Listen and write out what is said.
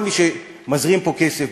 כל מי שמזרים פה כסף,